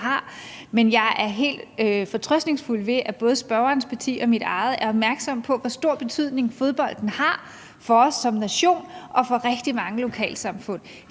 Men jeg er helt fortrøstningsfuld ved, at både spørgerens parti og mit eget er opmærksomme på, hvor stor betydning fodbolden har for os som nation og for rigtig mange lokalsamfund.